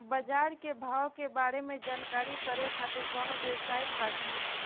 बाजार के भाव के बारे में जानकारी खातिर कवनो वेबसाइट बा की?